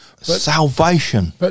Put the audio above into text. Salvation